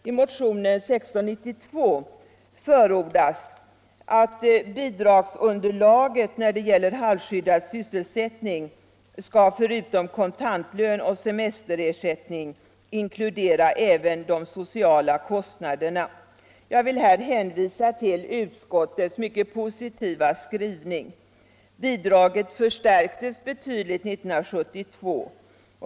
I motionen 1692 förordas att bidragsunderlaget när det gäller halvskyddad sysselsättning förutom kontantlön och semesterersättning skall inkludera även de sociala kostnaderna. Jag vill här hänvisa till utskottets mycket positiva skrivning. Bidraget förstärktes betydligt 1972.